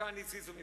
כאן הזיזו לפה,